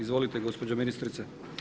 Izvolite gospođo ministrice.